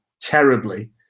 terribly